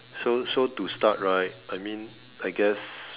so so to start right I mean I guess